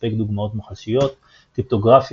ומספק דוגמאות מוחשיות קריפטוגרפיה,